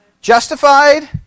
justified